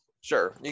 Sure